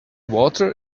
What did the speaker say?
water